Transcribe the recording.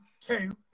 two